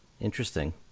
Interesting